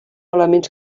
elements